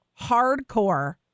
hardcore